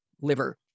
liver